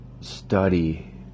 study